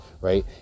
right